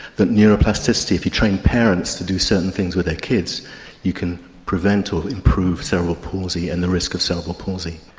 that neuroplasticity, if you train parents to do certain things with their kids you can prevent or improve cerebral palsy and the risk of cerebral palsy.